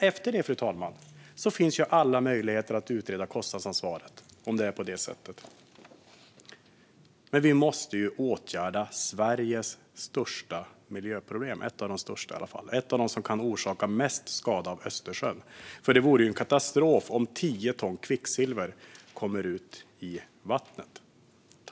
Efter det, fru talman, finns alla möjligheter att utreda kostnadsansvaret om det är på det sättet. Vi måste åtgärda ett av Sveriges största miljöproblem, ett av de problem som kan orsaka mest skada i Östersjön. Det vore ju katastrof om tio ton kvicksilver kom ut i vattnet.